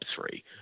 three